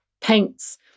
paints